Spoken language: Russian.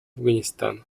афганистана